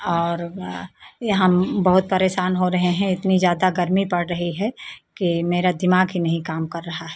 और ये ये हम बहुत परेशान हो रहे हैं इतनी ज़्यादा गर्मी पड़ रही है कि मेरा दिमाग़ ही नहीं काम कर रहा है